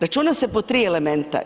Računa se po 3 elementa.